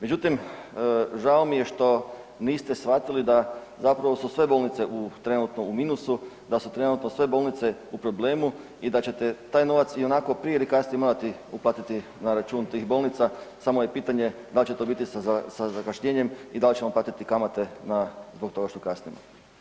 Međutim žao mi je što niste shvatili da su sve bolnice trenutno u minusu, da su sve bolnice u problemu i da ćete taj novac ionako prije ili kasnije morati uplatiti na račun tih bolnica, samo je pitanje da li će to biti sa zakašnjenjem i da li ćemo platiti kamate zbog toga što kasnimo.